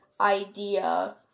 idea